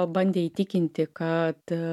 bandė įtikinti kad